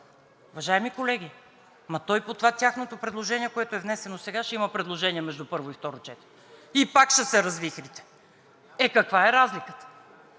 Уважаеми колеги, по тяхното предложение, което е внесено сега, ще има предложения между първо и второ четене и пак ще се развихрите. Е, каква е разликата?